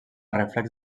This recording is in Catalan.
reflex